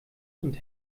und